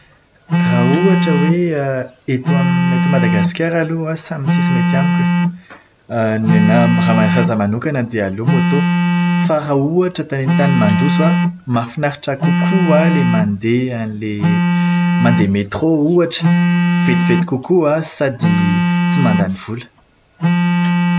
Raha ohatra hoe eto am- eto Madagasikara aloha samy tsisy mety amiko e. Raha ny anahy ra- raha izaho manokana dia aleo moto. Fa raha ohatra amin'ny tany mandroso an, mahafinaritra kokoa ilay mandeha an'ilay mandeha metro ohatra. Vetivety kokoa an, sady tsy mandany vola.